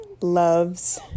loves